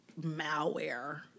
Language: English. malware